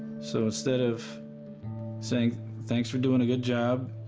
so instead of saying thanks for doing a good job,